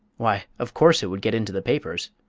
why, of course it would get into the papers.